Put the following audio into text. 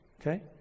okay